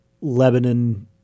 Lebanon